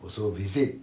also visit